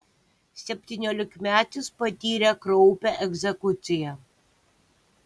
septyniolikmetis patyrė kraupią egzekuciją